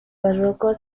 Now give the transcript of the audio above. barroco